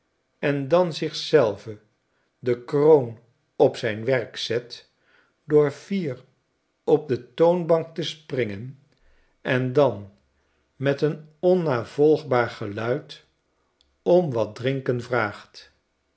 en dan zich zelven de kroon op zijn werk zet door fler op de toonbank te springen en dan met een onnavolgbaar geluid omwat drinken vraagt